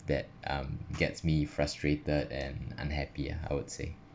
that um gets me frustrated and unhappy ah I would say